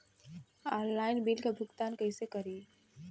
Online bill क भुगतान कईसे करी?